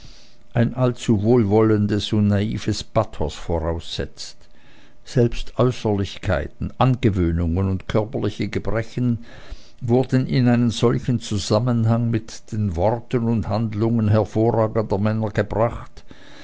ein allzu wohlwollendes und naives pathos voraussetzt selbst äußerlichkeiten angewöhnungen und körperliche gebrechen wurden in einen solchen zusammenhang mit den worten und handlungen hervorragender männer gebracht